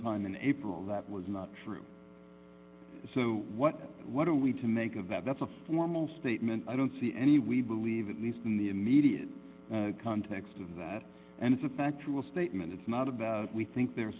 sometime in april that was not true so what what are we to make of that that's a formal statement i don't see any we believe at least in the immediate context of that and it's a factual statement it's not about we think they're